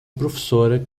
professora